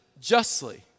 justly